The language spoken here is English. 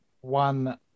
one